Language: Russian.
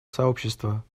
сообщества